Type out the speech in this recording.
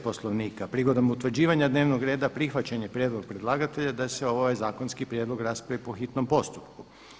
Poslovnika prigodom utvrđivanja dnevnog reda prihvaćen je prijedlog predlagatelja da se ovaj zakonski prijedlog raspravio po hitnom postupku.